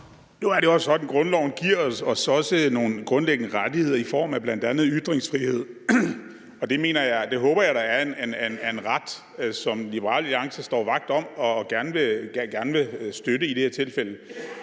Nu er det også sådan, at grundloven også giver os nogle grundlæggende rettigheder i form af bl.a. ytringsfrihed. Det håber jeg da er en ret, som Liberal Alliance står vagt om og gerne vil støtte i det her tilfælde.